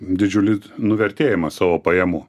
didžiulį nuvertėjimą savo pajamų